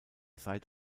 seit